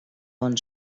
bon